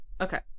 okay